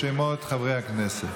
חברי הכנסת,